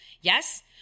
Yes